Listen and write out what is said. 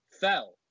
fell